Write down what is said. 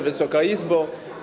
Wysoka Izbo!